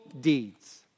deeds